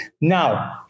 Now